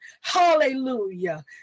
Hallelujah